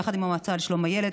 יחד עם המועצה לשלום הילד,